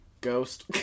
ghost